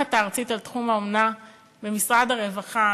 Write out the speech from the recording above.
המפקחת הארצית על תחום האומנה במשרד הרווחה,